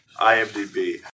IMDB